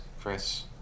Chris